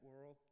world